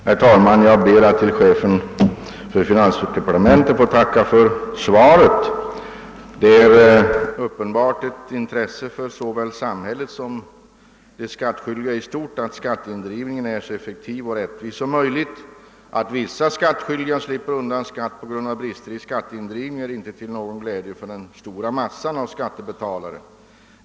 Herr talman! Jag ber att få tacka chefen för finansdepartementet för svaret på min fråga. Det är uppenbart ett intresse för såväl samhället som de skattskyldiga i allmänhet att skatteindrivningen är så effektiv och rättvis som möjligt. På grund av vissa brister i skatteindrivningen slipper vissa skattskyldiga undan skatt, och det är ju inte till någon glädje för den stora massan av skattebetalare.